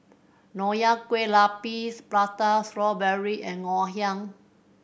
Nonya Kueh Lapis Prata Strawberry and Ngoh Hiang